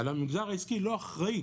אבל המגזר העסקי לא אחראי